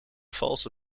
valse